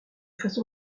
façon